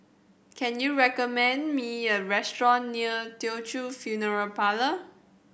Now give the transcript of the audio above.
can you recommend me a restaurant near Teochew Funeral Parlour